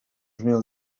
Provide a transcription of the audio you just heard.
mil